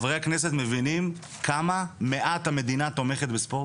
חברי הכנסת מבינים כמה מעט המדינה תומכת בספורט.